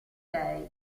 lei